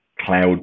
cloud